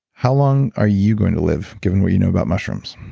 how long are you going to live given what you know about mushrooms?